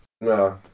No